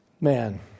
Man